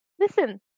Listen